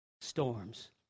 storms